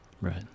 Right